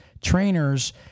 trainers